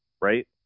right